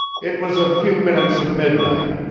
it was a few minutes of midnight.